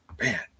man